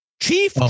chief